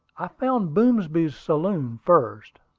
i found boomsby's saloon first.